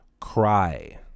cry